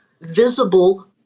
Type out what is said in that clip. visible